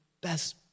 best